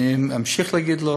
ואני אמשיך להגיד לו.